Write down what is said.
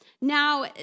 Now